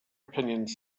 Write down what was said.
opinions